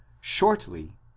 shortly